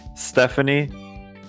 stephanie